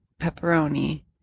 pepperoni